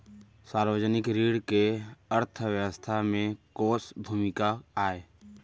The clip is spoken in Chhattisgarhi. सार्वजनिक ऋण के अर्थव्यवस्था में कोस भूमिका आय?